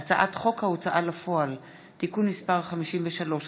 הצעת חוק ההוצאה לפועל (תיקון מס' 53),